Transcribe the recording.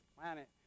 planet